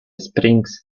springs